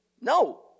no